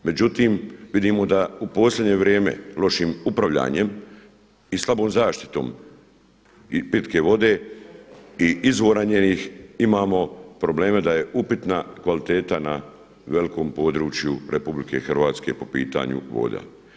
Međutim, vidimo da u posljednje vrijeme lošim upravljanjem i slabom zaštitom pitke vode i izvora njenih imamo probleme da je upitna kvaliteta na velikom području RH po pitanju voda.